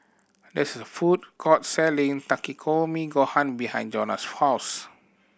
there's a food court selling Takikomi Gohan behind Jonas' house